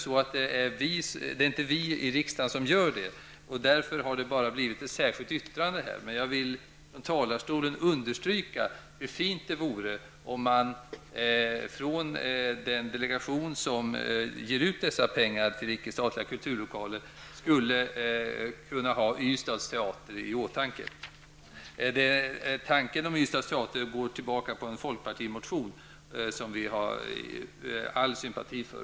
Nu är det inte vi i riksdagen som anvisar dessa pengar, och vi i miljöpartiet har därför bara avgett ett särskilt yttrande. Jag vill från talarstolen understryka hur fint det vore om man i den delegation som anvisar pengar till icke statliga kulturlokaler skulle kunna ha Ystads teater i åtanke. Detta går tillbaka på en folkpartimotion, som vi har all sympati för.